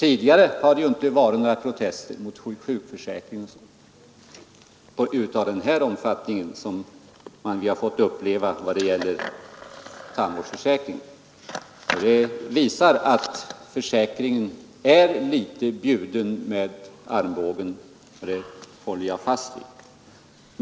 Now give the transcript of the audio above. Tidigare har det ju inte varit några protester mot sjukförsäkringen av sådan omfattning som vi har fått uppleva när det gäller tandvårdsförsäkringen. Det visar att försäkringen är bjuden med armbågen; det håller jag fast vid.